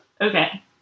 Okay